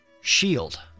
shield